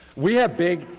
we have big,